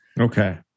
Okay